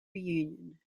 reunion